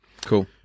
Cool